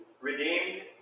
redeemed